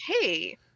hey